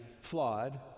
flawed